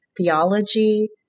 theology